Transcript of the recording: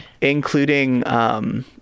Including